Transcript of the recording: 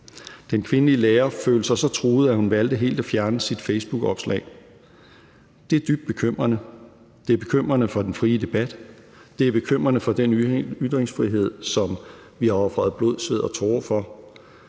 Den kvindelige lærer følte sig så truet, at hun valgte helt at fjerne sit facebookopslag. Det er dybt bekymrende. Det er bekymrende for den frie debat. Det er bekymrende for ytringsfrihed, som vi har ofret blod, sved og tårer for.